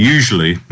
Usually